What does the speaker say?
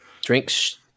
Drinks